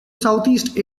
southeast